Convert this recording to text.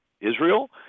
Israel